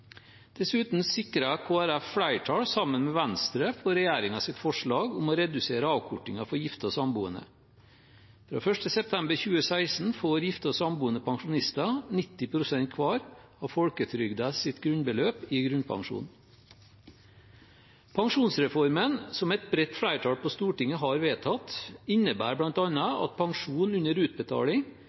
Dessuten sikret Kristelig Folkeparti, sammen med Venstre, flertall for regjeringens forslag om å redusere avkortningen for gifte og samboende. Fra 1. september 2016 har gifte og samboende pensjonister fått 90 pst. hver av folketrygdens grunnbeløp i grunnpensjon. Pensjonsreformen, som et bredt flertall på Stortinget har vedtatt, innebærer bl.a. at pensjon under utbetaling